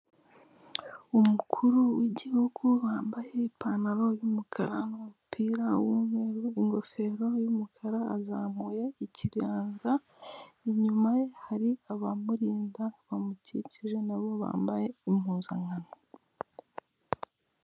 Umukuru w'igihugu wambaye ipantaro y'umukara n'umupira w'umweru ingofero y'umukara azamuye ikiganza inyuma ye hari abamurinda bamukikije nabo bambaye impuzankano.